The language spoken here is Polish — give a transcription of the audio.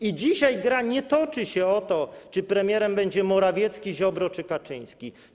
I dzisiaj gra nie toczy się o to, czy premierem będzie Morawiecki, Ziobro czy Kaczyński.